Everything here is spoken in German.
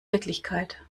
wirklichkeit